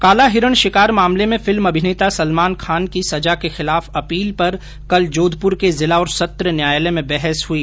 काला हिरण शिकार मामले में फिल्म अभिनेता सलमान खान की सजा के खिलाफ अपील पर कल जोधपुर के जिला और सत्र न्यायालय में बहस हुई